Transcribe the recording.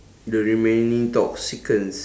the remaining toxicals